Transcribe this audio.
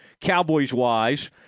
Cowboys-wise